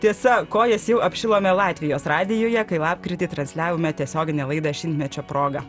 tiesa kojas jau apšilome latvijos radijuje kai lapkritį transliavome tiesioginę laidą šimtmečio proga